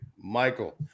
michael